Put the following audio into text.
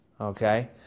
Okay